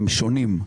הם שונים.